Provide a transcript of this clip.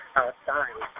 outside